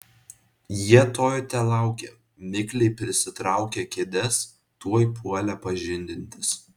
jie to ir telaukė mikliai prisitraukę kėdes tuoj puolė pažindintis